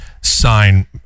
sign